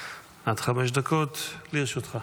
עד חמש דקות לרשותך.